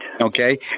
Okay